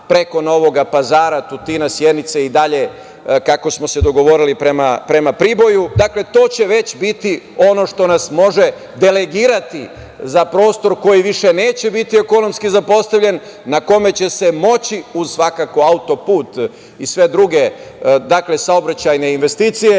preko Novog Pazara, Tutina, Sjenice i dalje, kako smo se dogovorili, prema Priboju, dakle, to će već biti, ono što nas može delegirati za prostor koji više neće biti ekonomski zapostavljen, na kome će se moći, uz svakako autoput i sve druge saobraćajne investicije,